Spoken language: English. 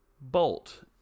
Bolt